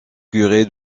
curé